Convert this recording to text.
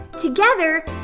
Together